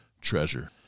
treasure